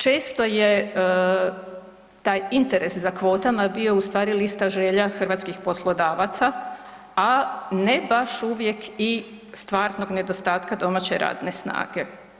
Često je taj interes za kvotama bio ustvari lista želja hrvatskih poslodavaca, a ne baš uvijek stvarnog nedostatka domaće radne snage.